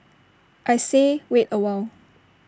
I say wait A while